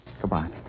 Goodbye